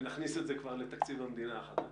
ונכניס את זה כבר לתקציב המדינה החדש.